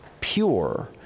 pure